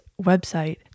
website